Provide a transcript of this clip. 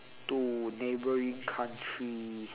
to neighbouring country